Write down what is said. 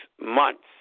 months